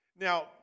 Now